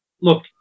look